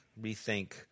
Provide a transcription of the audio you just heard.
rethink